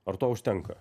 ar to užtenka